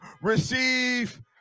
receive